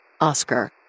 Oscar